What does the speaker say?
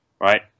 right